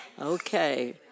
Okay